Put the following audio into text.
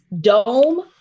dome